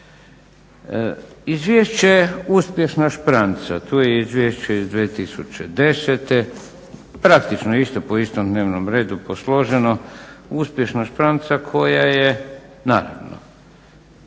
Izvješće je uspješna špranca. Tu je Izvješće iz 2010., praktično isto po istom dnevnom redu posloženo, uspješna špranca koja je prazna.